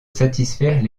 satisfaire